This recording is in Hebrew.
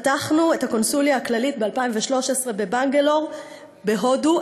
פתחנו את הקונסוליה הכללית ב-2013 בבנגלור בהודו,